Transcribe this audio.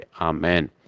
Amen